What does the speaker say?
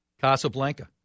Casablanca